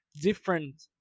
different